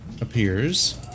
appears